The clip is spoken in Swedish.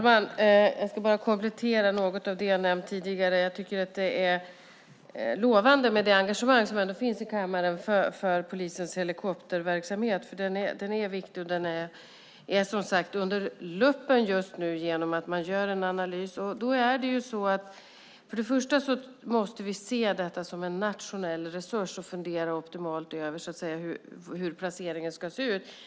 Fru talman! Låt mig komplettera något av det jag nämnde tidigare. Det engagemang för polisens helikopterverksamhet som finns i kammaren känns lovande. Den är viktig. Just nu är helikopterverksamheten under lupp eftersom det görs en analys. Vi måste se på detta som en nationell resurs och fundera på hur en optimal placering ska se ut.